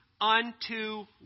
unto